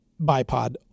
bipod